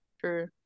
True